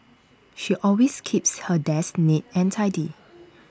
she always keeps her desk neat and tidy